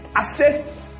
assess